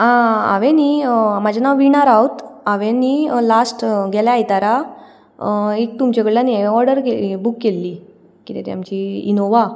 आं हांवें न्हय म्हजें नांव विणा राउत हांवें न्हय लास्ट गेल्या आयतारा एक तुमचे कडल्यान हें ऑर्डर बूक केल्ली कितें तें आमची इनोवा